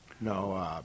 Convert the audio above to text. No